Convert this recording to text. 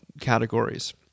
categories